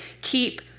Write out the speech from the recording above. keep